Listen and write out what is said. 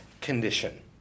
condition